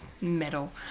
Metal